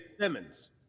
Simmons